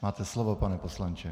Máte slovo, pane poslanče.